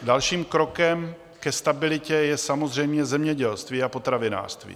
Dalším krokem ke stabilitě je samozřejmě zemědělství a potravinářství.